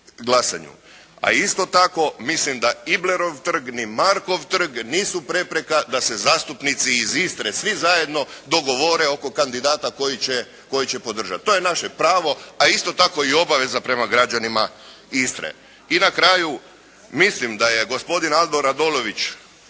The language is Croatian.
A isto tako mislim da Iblerov trg ni Markov trg nisu prepreka da se zastupnici iz Istre, svi zajedno dogovore oko kandidata koji će podržati. To je naše pravo. A isto tako i obaveza prema građanima Istre. I na kraju, mislim da je gospodin Aldo Radolović